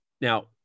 Now